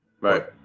right